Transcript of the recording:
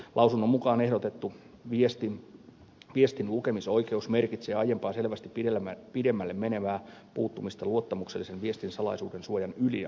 lausunnon mukaan ehdotettu viestin lukemisoikeus merkitsee aiempaa selvästi pidemmälle menevää puuttumista luottamuksellisen viestin salaisuuden suojan ydinalueelle